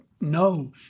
no